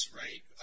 right